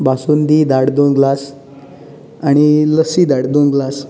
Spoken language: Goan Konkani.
बासुंदी धाड दोन ग्लास आनी लस्सी धाड दोन ग्लास